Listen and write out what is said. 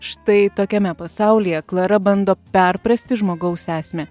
štai tokiame pasaulyje klara bando perprasti žmogaus esmę